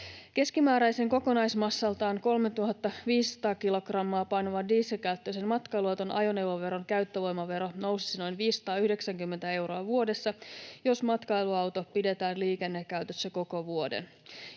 Keskimääräisen kokonaismassaltaan 3 500 kilogrammaa painavan dieselkäyttöisen matkailuauton ajoneuvoveron käyttövoimavero nousisi noin 590 euroa vuodessa, jos matkailuauto pidetään liikennekäytössä koko vuoden.